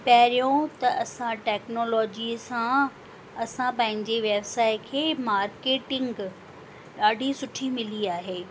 पहिरियों त असां टेक्नोलॉजी सां असां पंहिंजे व्यव्साय खे मार्केटिंग ॾाढी सुठी मिली आहे